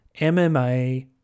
MMA